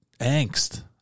angst